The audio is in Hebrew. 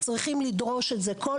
ההורים צריכים לדרוש את זה כמו שכשכל